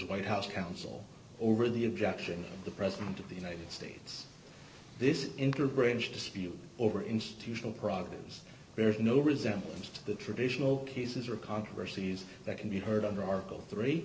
white house counsel over the objection the president of the united states this is integrated dispute over institutional problems bears no resemblance to the traditional cases or controversies that can be heard under article three